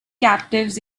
captives